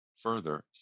Further